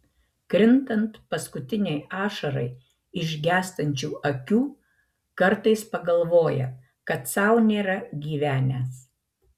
krintant paskutinei ašarai iš gęstančių akių kartais pagalvoja kad sau nėra gyvenęs